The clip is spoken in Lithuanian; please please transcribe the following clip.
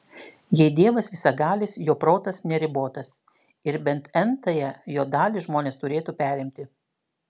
jei dievas visagalis jo protas neribotas ir bent n tąją jo dalį žmonės turėtų perimti